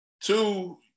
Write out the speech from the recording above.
Two